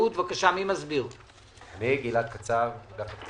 אני עובר לנושא האחרון שעל סדר היום: שינויים